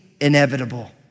inevitable